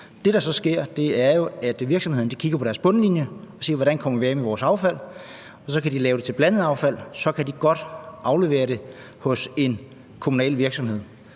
Det, der så sker, er jo, at virksomheden kigger på sin bundlinje og spørger: Hvordan kommer vi af med vores affald? De kan så lave det til blandet affald, for så kan de godt aflevere det hos en kommunal virksomhed.